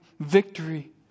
Victory